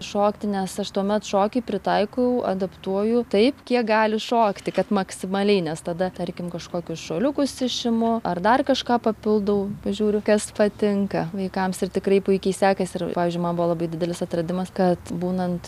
šokti nes aš tuomet šokį pritaikau adaptuoju taip kiek gali šokti kad maksimaliai nes tada tarkim kažkokius šuoliukus išimu ar dar kažką papildau pažiūriu kas patinka vaikams ir tikrai puikiai sekasi ir pavyzdžiui man buvo labai didelis atradimas kad būnant